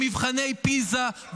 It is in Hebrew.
מבחנה פיז"ה,